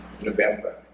November